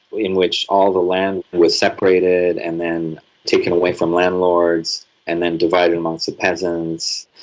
in which all the land was separated and then taken away from landlords and then divided amongst the peasants,